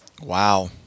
wow